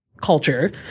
Culture